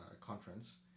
conference